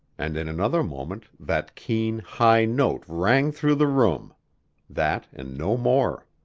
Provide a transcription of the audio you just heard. and in another moment that keen, high note rang through the room that and no more.